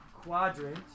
quadrant